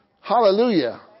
Hallelujah